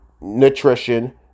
nutrition